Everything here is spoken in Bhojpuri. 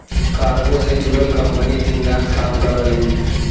कार्गो से जुड़ल कंपनी दिन रात काम करलीन